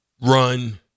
run